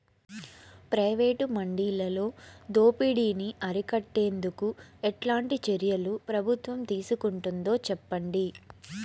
Private మండీలలో దోపిడీ ని అరికట్టేందుకు ఎట్లాంటి చర్యలు ప్రభుత్వం తీసుకుంటుందో చెప్పండి?